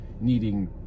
needing